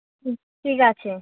হুম ঠিক আছে